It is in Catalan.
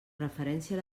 referència